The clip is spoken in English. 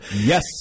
Yes